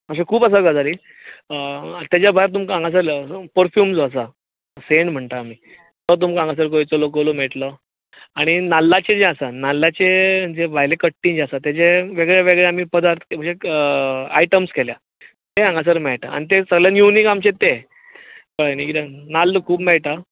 अश्यो खूब आसा गजाली ताच्या भायर तुमकां हांगासर पर्फ्यूम जो आसा सेंट म्हणटा आमी तो तुमकां हांगासर गोंयचो लोकलूय मेळटलो आनी नाल्लांचें जें आसा तें जें भायलें कट्टी जी आसा ताचे वेगळे वेगळे आमी पदार्थ म्हणजे आयटम्स केल्या ते हांगासर मेळटा आनी ते सगळ्यांत युनिक आमचे ते कळ्ळे न्हय कित्याक नाल्ल खूब मेळटा